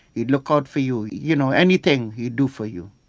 he'd look out for you. you know anything he'd do for you.